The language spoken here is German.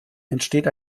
entsteht